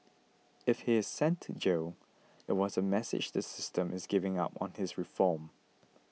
if he is sent to jail it was a message the system is giving up on his reform